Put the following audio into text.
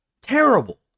terrible